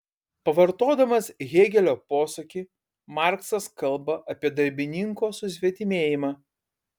pavartodamas hėgelio posakį marksas kalba apie darbininko susvetimėjimą